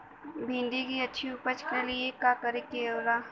भिंडी की अच्छी उपज के लिए का का करे के होला?